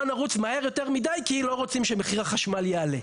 נרוץ מהר יותר מדי כי לא רוצים שמחיר החשמל יעלה.